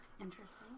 Interesting